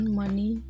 money